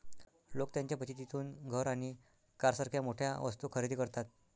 लोक त्यांच्या बचतीतून घर आणि कारसारख्या मोठ्या वस्तू खरेदी करतात